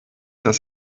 dass